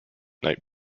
night